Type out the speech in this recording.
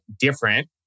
different